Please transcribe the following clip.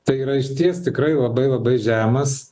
tai yra išties tikrai labai labai žemas